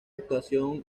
actuación